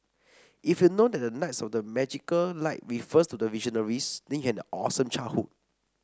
if you know that the knights of the magical light refers to the Visionaries then you had an awesome childhood